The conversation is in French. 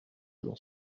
dans